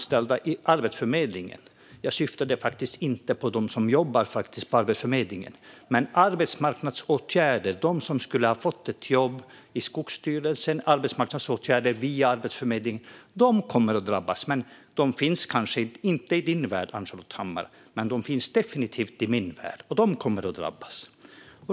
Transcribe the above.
Sedan syftade jag faktiskt inte på dem som jobbar på Arbetsförmedlingen utan på dem som med arbetsmarknadsåtgärder via Arbetsförmedlingen skulle ha fått ett jobb i exempelvis Skogsstyrelsen. De kommer att drabbas, men de finns kanske inte i din värld, Ann-Charlotte Hammar Johnsson. De finns definitivt i min värld, och de kommer att drabbas.